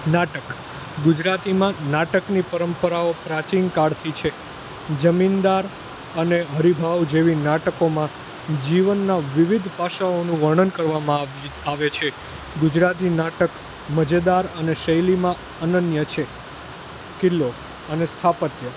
નાટક ગુજરાતીમાં નાટકની પરંપરાઓ પ્રાચીન કાળથી છે જમીનદાર અને હરિભાવ જેવી નાટકોમાં જીવનનાં વિવિધ પાસાઓનું વર્ણન કરવામાં આવે છે ગુજરાતી નાટક મજેદાર અને શૈલીમાં અનન્ય છે કિલ્લો અને સ્થાપત્ય